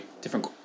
different